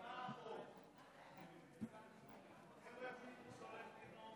לא, אני, אני בטוח שאתה תעזור לי.